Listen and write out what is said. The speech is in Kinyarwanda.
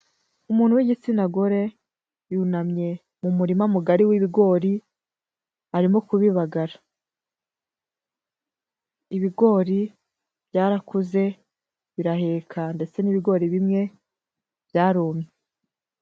Umuntu w'igitsina gore. yunamye, mu murima wi'bigori, arimo kubibagara. Ibigori, byarakuze, biraheka. Ndetse n'ibigori bimwe, byarumye.